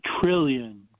trillion